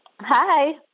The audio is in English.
Hi